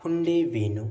Hyundai venue